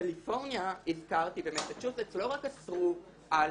קליפורניה ומסצ'וסטס לא רק אסרו על